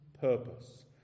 purpose